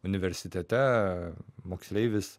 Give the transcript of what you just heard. universitete moksleivis